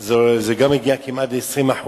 זה מגיע כמעט ל-20%.